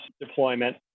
deployment